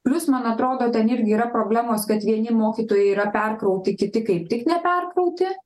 plius man atrodo ten irgi yra problemos kad vieni mokytojai yra perkrauti kiti kaip tik neperkrauti